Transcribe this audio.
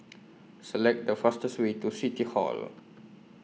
Select The fastest Way to City Hall